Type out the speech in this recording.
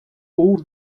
all